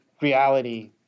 reality